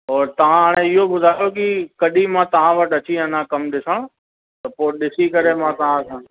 और तव्हां हाणे इहो ॿुधायो की कॾहिं मां तव्हां वटि अची वञा कमु ॾिसण त पोइ ॾिसी करे मां तव्हां सां